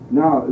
now